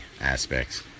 aspects